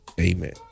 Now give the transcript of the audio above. amen